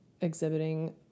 exhibiting